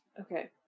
Okay